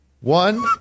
one